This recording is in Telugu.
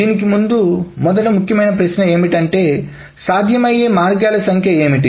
దీనికి ముందు మొదటి ముఖ్యమైన ప్రశ్న ఏమిటంటే సాధ్యమయ్యే మార్గాల సంఖ్య ఏమిటి